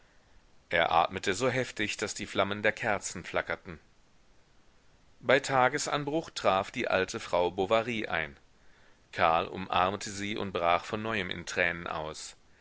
er atmete so heftig daß die flammen der kerzen flackerten bei tagesanbruch traf die alte frau bovary ein karl umarmte sie und brach von neuem in tränen aus